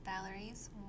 Valerie's